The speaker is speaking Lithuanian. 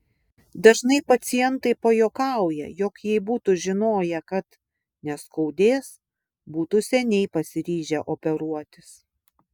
dažnai pacientai pajuokauja jog jei būtų žinoję kad neskaudės būtų seniai pasiryžę operuotis